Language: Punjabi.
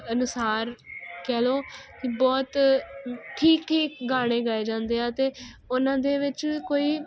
ਅਨੁਸਾਰ ਕਹਿ ਲੋ ਕੀ ਬਹੁਤ ਠੀਕ ਠੀਕ ਗਾਣੇ ਗਏ ਜਾਂਦੇ ਐ ਤੇ ਉਨ੍ਹਾਂ ਦੇ ਵਿੱਚ ਕੋਈ